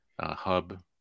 hub